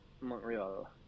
Montreal